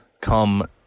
come